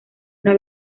una